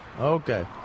Okay